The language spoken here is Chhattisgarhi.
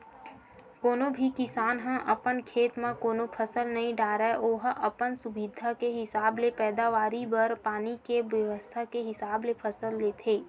कोनो भी किसान ह अपन खेत म कोनो फसल नइ डारय ओहा अपन सुबिधा के हिसाब ले पैदावारी बर पानी के बेवस्था के हिसाब ले फसल लेथे